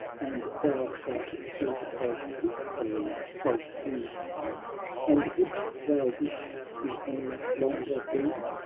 and thou shalt sleep as peacefully as he and wouldst thou wish to any longer be?